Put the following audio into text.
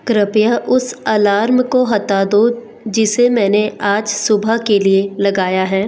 कृपया उस अलार्म को हटा दो जिसे मैंने आज सुबह के लिए लगाया है